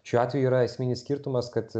šiuo atveju yra esminis skirtumas kad